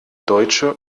deutsche